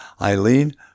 Eileen